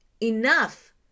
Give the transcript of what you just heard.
enough